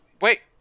Wait